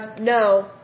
no